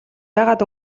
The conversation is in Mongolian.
яагаад